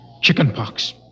Chickenpox